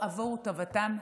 אדוני חבר הכנסת,